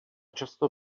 často